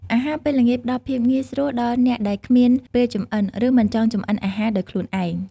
អាហារពេលល្ងាចផ្ដល់ភាពងាយស្រួលដល់អ្នកដែលគ្មានពេលចម្អិន ឬមិនចង់ចម្អិនអាហារដោយខ្លួនឯង។